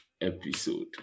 episode